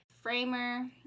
Framer